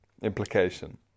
implication